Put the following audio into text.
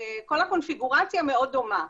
כל הקונפיגורציה מאוד דומה,